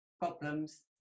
problems